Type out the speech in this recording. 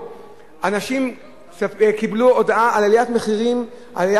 אנשים קיבלו הודעה על עליית מחירים גם במעונות-היום,